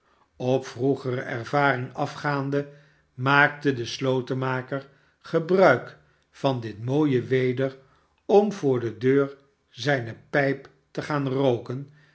op vroegere ervaring atgaande maakte de slotenmaker gebruik van dit mooie weder om voor de deur zijne pijp te gaan rooken